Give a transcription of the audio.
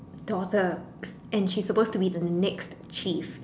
daughter and she's supposed to be the next chief